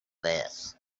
this